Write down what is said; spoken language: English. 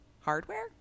hardware